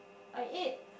I ate